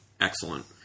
Excellent